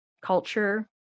culture